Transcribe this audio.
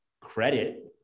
credit